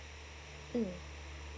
mm